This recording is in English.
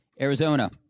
Arizona